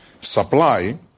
supply